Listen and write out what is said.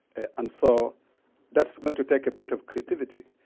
and so that's going to take a bit of creativity,